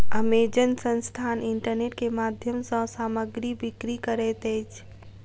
Amazon संस्थान internet के माध्यम सॅ सामग्री बिक्री करैत अछि